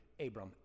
Abram